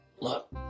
Look